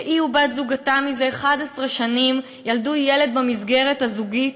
שהיא ובת-זוגתה מזה 11 שנים ילדו ילד במסגרת הזוגית,